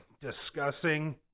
discussing